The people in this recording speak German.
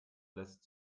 lässt